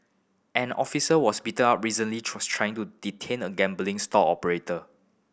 an officer was beaten up recently tries trying to detain a gambling stall operator